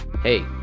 Hey